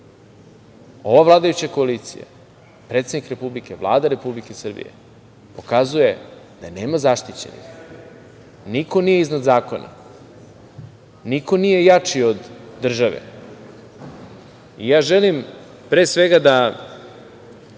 vladajuća koalicija, predsednik republike, Vlada Republike Srbije, pokazuje da nema zaštićenih. Niko nije iznad zakona, niko nije jači od države. Želim, pre svega da